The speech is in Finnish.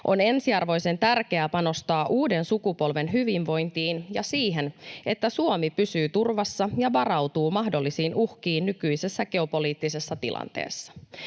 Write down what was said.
On ensiarvoisen tärkeää panostaa uuden sukupolven hyvinvointiin ja siihen, että Suomi pysyy turvassa ja varautuu mahdollisiin uhkiin nykyisessä geopoliittisessa tilanteessa.